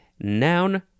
Noun